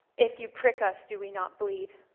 if you prick us, do we not bleed,